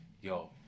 yo